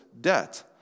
debt